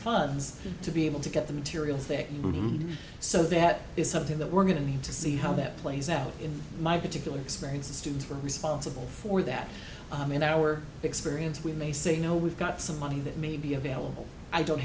funds to be able to get the materials there so that is something that we're going to need to see how that plays out in my particular experience as students are responsible for that i mean our experience we may say you know we've got some money that may be available i don't